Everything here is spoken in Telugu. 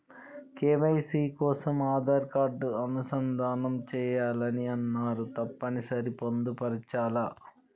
కే.వై.సీ కోసం ఆధార్ కార్డు అనుసంధానం చేయాలని అన్నరు తప్పని సరి పొందుపరచాలా?